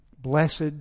blessed